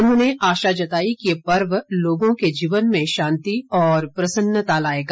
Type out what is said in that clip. उन्होंने आशा जताई कि यह पर्व लोगों के जीवन में शांति और प्रसन्नता लाएगा